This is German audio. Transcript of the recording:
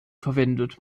verwendet